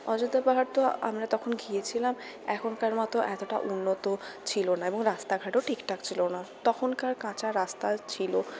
অযোধ্যা পাহাড় তো আমরা তখন গিয়েছিলাম এখনকার মতো এতটা উন্নত ছিল না এবং রাস্তাঘাটও ঠিকঠাক ছিল না তখনকার কাঁচা রাস্তা ছিল